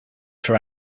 for